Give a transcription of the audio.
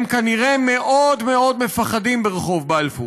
הם כנראה מאוד מאוד מפחדים, ברחוב בלפור,